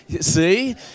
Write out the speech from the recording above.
See